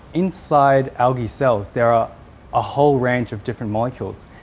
inside algae cells there are a whole range of different molecules,